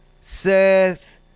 Seth